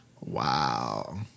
Wow